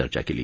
चर्चा केली